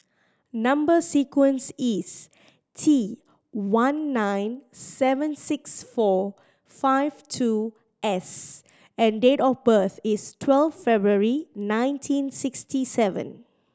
number sequence is T one nine seven six four five two S and date of birth is twelve February nineteen sixty seven